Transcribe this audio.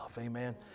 amen